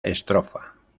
estrofa